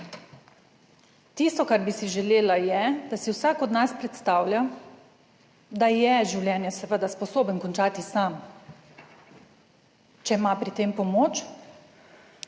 tisto, kar bi si želela, je, da si vsak od nas predstavlja, da je življenje seveda sposoben končati sam, če ima pri tem pomoč